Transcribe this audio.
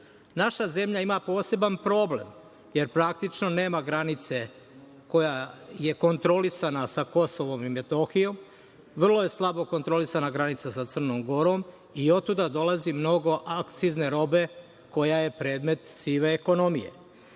zemlja ima poseban problem, jer praktično nema granice koja je kontrolisana sa KiM, vrlo je slabo kontrolisana granica sa Crnom Gorom i otuda dolazi mnogo akcizne robe koja je predmet sive ekonomije. Dalje,